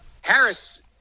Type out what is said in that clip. Harris